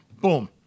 Boom